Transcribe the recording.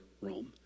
Rome